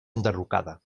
enderrocada